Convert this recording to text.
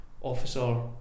officer